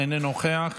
איננו נוכח.